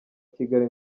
kigali